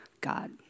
God